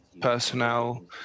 personnel